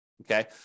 Okay